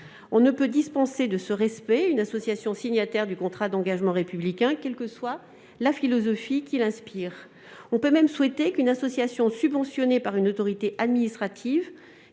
On ne peut exonérer de ce respect une association signataire du contrat d'engagement républicain, quelle que soit la philosophie qui l'inspire. On peut même souhaiter qu'une association subventionnée par une autorité administrative,